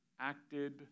acted